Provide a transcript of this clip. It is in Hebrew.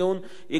היא גם השתדלה,